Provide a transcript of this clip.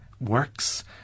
works